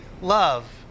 love